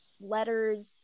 letters